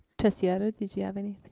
trustee otto, did you have anything?